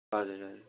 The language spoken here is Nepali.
हजुर हजुर